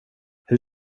hur